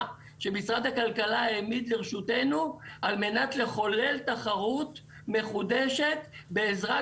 שמשרד הכלכלה העמיד לרשותנו על מנת לחולל תחרות מחודשת בעזרת